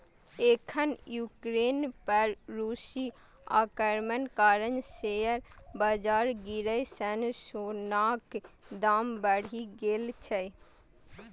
एखन यूक्रेन पर रूसी आक्रमणक कारण शेयर बाजार गिरै सं सोनाक दाम बढ़ि गेल छै